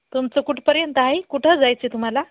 तुमचं कुठपर्यंत आहे कुठं जायचं आहे तुम्हाला